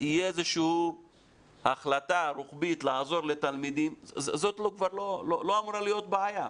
תהיה איזה שהיא החלטה רוחבית לעזור לתלמידים זאת לא אמורה להיות בעיה.